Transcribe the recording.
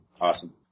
Awesome